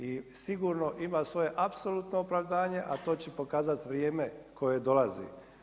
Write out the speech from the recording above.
I sigurno ima svoje apsolutno opravdanje a to će pokazati vrijeme koje dolazi.